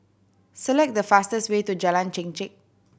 select the fastest way to Jalan Chengkek